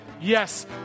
yes